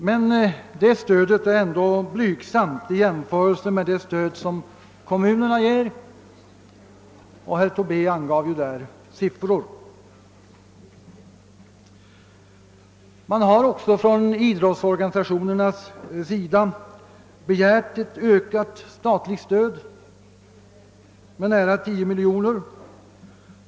Men detta stöd är ändå blygsamt i jämförelse med det stöd som kommunerna lämnar; herr Tobé angav ju därvidlag siffror. Idrottsorganisationerna har också begärt en ökning av det statliga stödet med nära 10 miljoner.